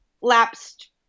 lapsed